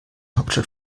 hauptstadt